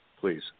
please